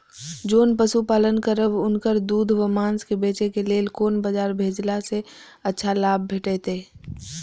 जोन पशु पालन करब उनकर दूध व माँस के बेचे के लेल कोन बाजार भेजला सँ अच्छा लाभ भेटैत?